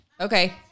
Okay